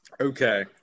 Okay